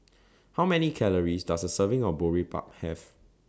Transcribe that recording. How Many Calories Does A Serving of Boribap Have